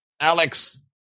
Alex